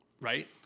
Right